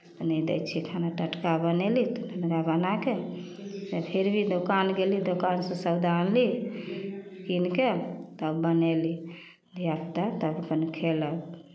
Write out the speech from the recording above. नहि दै छी खाना टटका बनयली तऽ ओकरा बना कऽ फेर दोकान गयली दोकानसँ सौदा आनली कीनि कऽ तब बनयली धियापुता तब अपन खयलक